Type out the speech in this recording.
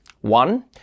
One